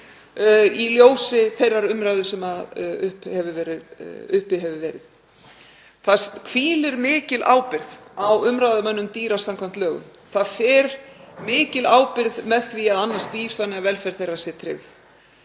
í ljósi þeirrar umræðu sem uppi hefur verið. Það hvílir mikil ábyrgð á umráðamönnum dýra samkvæmt lögum. Það fylgir því mikil ábyrgð að annast dýr þannig að velferð þeirra sé tryggð.